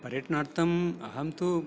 पर्यटनार्थम् अहं तु